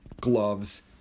gloves